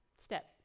step